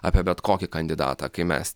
apie bet kokį kandidatą kai mes